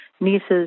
nieces